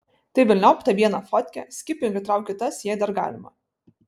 tai velniop tą vieną fotkę skipink ir trauk kitas jei dar galima